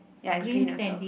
ya is green also